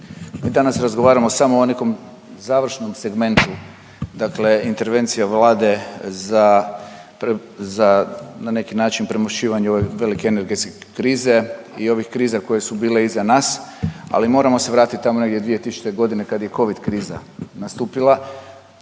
mi danas razgovaramo samo o nekom završnom segmentu, dakle intervencija Vlade za pre…, za na neki način premošćivanje ove velike energetske krize i ovih kriza koje su bile iza nas, ali moramo se vratit tamo 2000.g. kad je covid kriza nastupila.